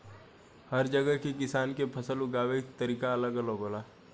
हर जगह के किसान के फसल उगावे के तरीका अलग अलग होला